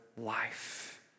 life